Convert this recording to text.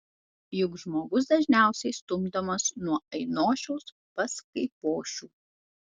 juk žmogus dažniausiai stumdomas nuo ainošiaus pas kaipošių